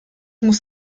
muss